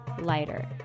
lighter